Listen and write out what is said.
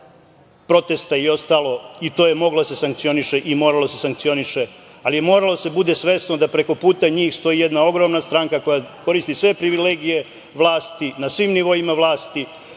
protesta i ostalog i to je moglo i moralo je da se sankcioniše, ali je moralo da se bude svesno da preko puta njih stoji jedna ogromna stranka koja koristi sve privilegije vlasti, na svim nivoima vlasti